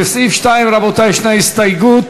לסעיף 2, רבותי, יש הסתייגות